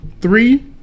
Three